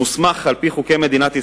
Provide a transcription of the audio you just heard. מוסמך על-פי חוקי מדינת ישראל,